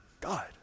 God